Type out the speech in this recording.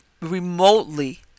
remotely